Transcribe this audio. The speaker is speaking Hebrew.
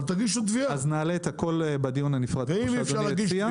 נעלה את הכול בדיון הנפרד שאדוני הציע.